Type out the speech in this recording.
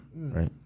right